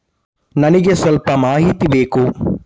ನನಿಗೆ ಸ್ವಲ್ಪ ಮಾಹಿತಿ ಬೇಕು